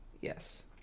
Yes